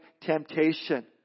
temptation